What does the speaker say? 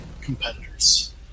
competitors